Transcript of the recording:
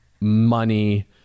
money